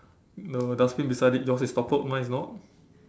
the dustbin beside it yours is toppled mine is not